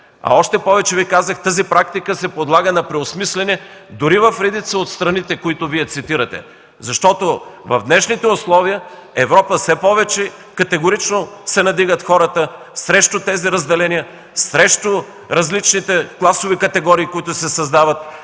Още повече, Ви казах, че тази практика се подлага на преосмисляне дори и в редица от страните, които Вие цитирате, защото в днешните условия в Европа хората все по-категорично се надигат срещу тези разделения, срещу различните класови категории, които се създават